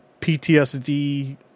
PTSD